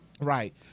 Right